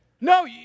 No